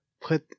put